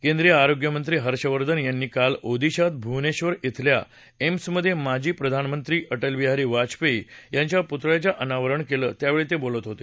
केंद्रीय आरोग्य मंत्री हर्षवर्धन यांनी काल ओदिशात भुवनेक्षर शिल्या एम्समधे माजी प्रधानमंत्री अटलबिहारी वाजपेयी यांच्या पुतळ्यांच्या अनावरण केलं त्यावेळी ते बोलत होते